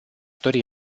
dori